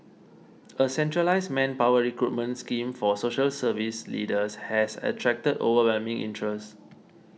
a centralised manpower recruitment scheme for social service leaders has attracted overwhelming interest